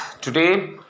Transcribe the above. today